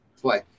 play